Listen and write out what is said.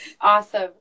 Awesome